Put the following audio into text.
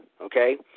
Okay